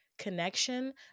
connection